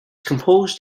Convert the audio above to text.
composed